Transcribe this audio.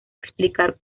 explicar